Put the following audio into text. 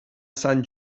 sant